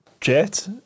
Jet